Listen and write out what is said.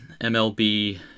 MLB